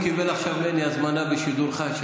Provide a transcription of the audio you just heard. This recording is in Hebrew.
הוא קיבל ממני הזמנה בשידור חי,